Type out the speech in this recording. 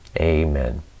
Amen